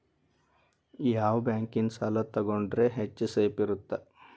ಯಾವ ಬ್ಯಾಂಕಿನ ಸಾಲ ತಗೊಂಡ್ರೆ ಹೆಚ್ಚು ಸೇಫ್ ಇರುತ್ತಾ?